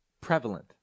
prevalent